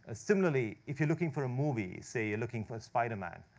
ah similarly, if you're looking for a movie say, you're looking for spider man,